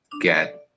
get